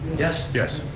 yes. yes.